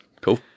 cool